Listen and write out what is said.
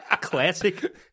Classic